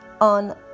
on